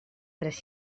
tres